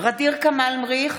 ע'דיר כמאל מריח,